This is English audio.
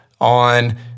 on